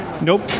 nope